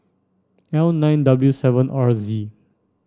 L nine W seven R Z